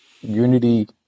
unity